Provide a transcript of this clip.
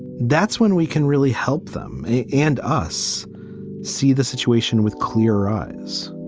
that's when we can really help them and us see the situation with clear eyes